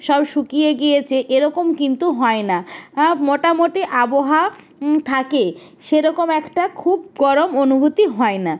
সব শুকিয়ে গিয়েছে এরকম কিন্তু হয় না মোটামুটি আবহাওয়া থাকে সেরকম একটা খুব গরম অনুভূতি হয় না